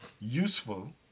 useful